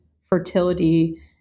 fertility